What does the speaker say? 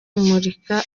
kumurika